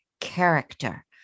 character